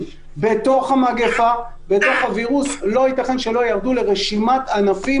חברה בת כהגדרתה בחוק ניירות ערך,